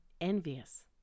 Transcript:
envious